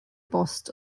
bost